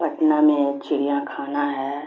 پٹنہ میں چڑیا خانا ہے